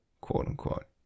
quote-unquote